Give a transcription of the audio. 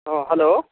ହଁ ହ୍ୟାଲୋ